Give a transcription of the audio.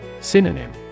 Synonym